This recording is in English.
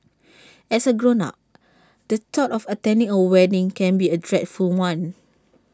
as A grown up the thought of attending A wedding can be A dreadful one